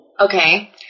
Okay